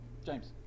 James